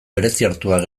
bereziartuak